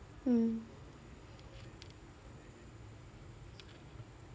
mm